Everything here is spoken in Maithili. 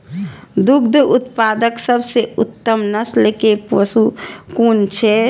दुग्ध उत्पादक सबसे उत्तम नस्ल के पशु कुन छै?